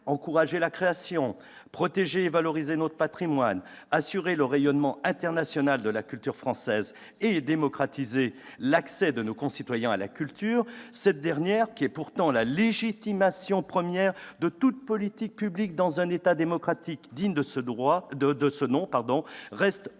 encourager la création, protéger et valoriser notre patrimoine, assurer le rayonnement international de la culture française et démocratiser l'accès de nos concitoyens à la culture -, cette dernière, qui est pourtant la légitimation première de toute politique publique dans un État démocratique digne de ce nom reste pourtant